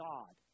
God